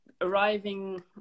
arriving